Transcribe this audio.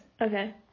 Okay